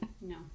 No